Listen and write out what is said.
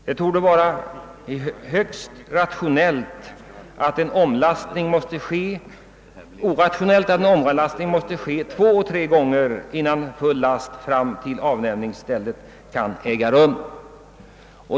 Det torde vara högst orationellt att omlastning måste ske två å tre gånger innan full last kan levereras vid avlämningsstället.